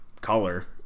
color